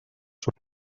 surt